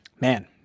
man